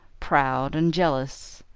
proud, and jealous.